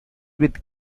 with